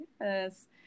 Yes